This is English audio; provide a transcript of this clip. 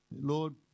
Lord